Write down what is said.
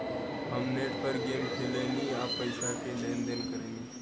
हम नेट पर गेमो खेलेनी आ पइसो के लेन देन करेनी